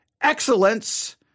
excellence